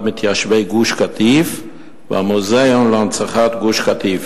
מתיישבי גוש-קטיף והמוזיאון להנצחת גוש-קטיף,